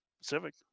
Pacific